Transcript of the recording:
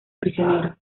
prisioneros